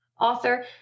author